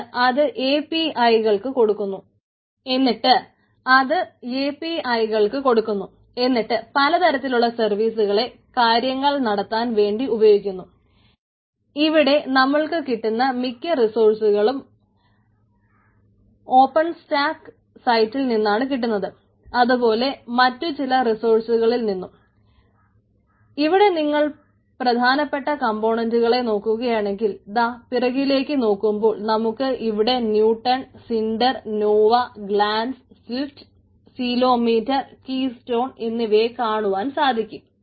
എന്നിട്ട് അത് A P I എന്നിവയെ കാണുവാൻ സാധിക്കും